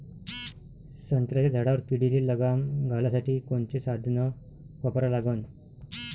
संत्र्याच्या झाडावर किडीले लगाम घालासाठी कोनचे साधनं वापरा लागन?